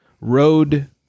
road